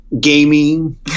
gaming